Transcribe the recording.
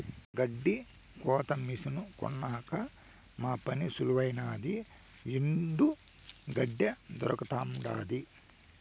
గెడ్డి కోత మిసను కొన్నాక మా పని సులువైనాది ఎండు గెడ్డే దొరకతండాది